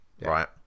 right